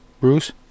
Bruce